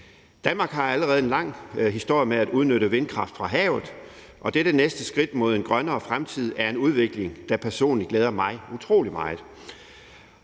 Danmark har allerede en lang historie med at udnytte vindkraft fra havet, og dette næste skridt mod en grønnere fremtid er en udvikling, der personligt glæder mig utrolig meget.